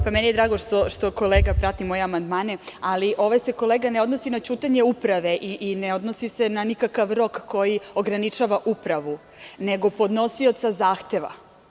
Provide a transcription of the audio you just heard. Drago mi je što kolega prati moje amandmane, ali ovaj se, kolega, ne odnosi na ćutanje uprave i ne odnosi se na nikakav rok koji ograničava upravu, nego na podnosioca zahteva.